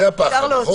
זה הפחד.